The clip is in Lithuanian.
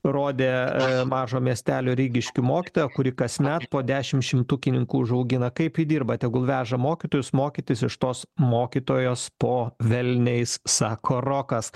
rodė mažo miestelio reigiškių mokytoja kuri kasmet po dešim šimtukininkų užaugina kaip įdirba tegul veža mokytojus mokytis iš tos mokytojos po velniais sako rokas